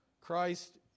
Christ